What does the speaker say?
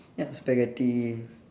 yup spaghetti